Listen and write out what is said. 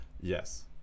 Yes